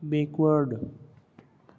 back ward